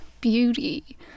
beauty